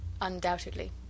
Undoubtedly